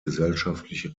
gesellschaftlich